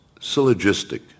syllogistic